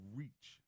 reach